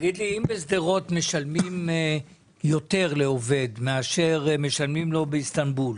אם בשדרות משלמים יותר לעובד יותר מאשר משלמים לו באיסטנבול,